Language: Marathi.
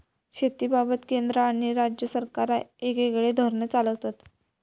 शेतीबाबत केंद्र आणि राज्य सरकारा येगयेगळे धोरण चालवतत